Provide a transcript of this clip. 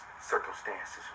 circumstances